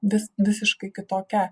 vis visiškai kitokia